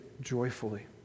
joyfully